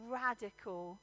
radical